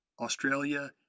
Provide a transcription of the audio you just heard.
Australia